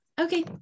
Okay